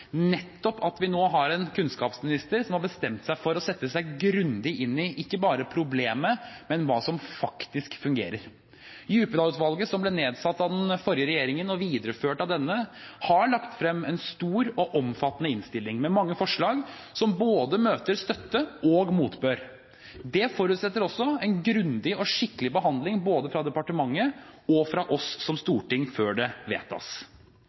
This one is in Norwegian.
at vi nå har en kunnskapsminister som har bestemt seg for å sette seg grundig inn i ikke bare problemet, men også hva som faktisk fungerer. Djupedal-utvalget, som ble nedsatt av den forrige regjeringen og videreført av denne, har lagt frem en stor og omfattende innstilling, med mange forslag som både møter støtte og motbør. Det forutsetter også en grundig og skikkelig behandling både fra departementet og fra oss som storting før det vedtas.